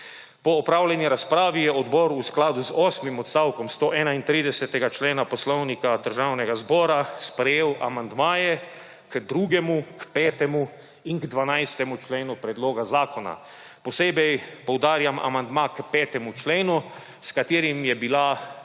Po opravljeni razpravi je odbor v skladu z osmim odstavkom 131. člena Poslovnika Državnega zbora sprejel amandmaje k 2., 5. in 12. členu predloga zakona. Posebej poudarjam amandma k 5. členu, s katerim je bila